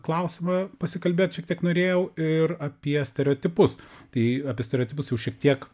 klausimą pasikalbėt šiek tiek norėjau ir apie stereotipus tai apie stereotipus jau šiek tiek